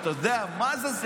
אתה יודע מה זה?